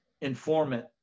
informant